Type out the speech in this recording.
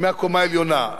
מהקומה העליונה,